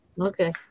Okay